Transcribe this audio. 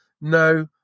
No